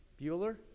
Bueller